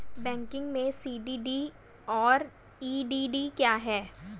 Banking में CDD और EDD क्या हैं?